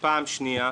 פעם שנייה,